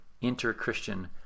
inter-Christian